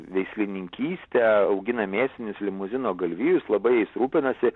veislininkyste augina mėsinius limuzino galvijus labai jais rūpinasi